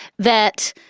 that.